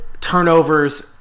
turnovers